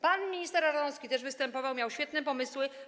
Pan minister Ardanowski też występował, miał świetne pomysły.